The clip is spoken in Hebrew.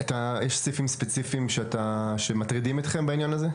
יש סעיפים ספציפיים שמטרידים אתכם, בעניין הזה?